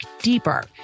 deeper